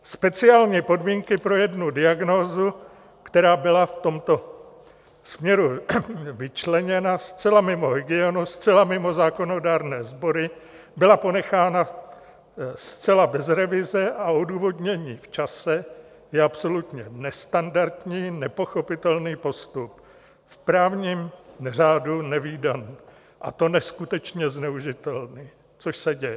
Speciální podmínky pro jednu diagnózu, která byla v tomto směru vyčleněna zcela mimo hygienu, zcela mimo zákonodárné sbory, byla ponechána zcela bez revize a odůvodnění v čase, je absolutně nestandardní, nepochopitelný postup, v právním řádu nevídaný, a to neskutečně zneužitelný, což se děje.